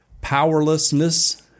powerlessness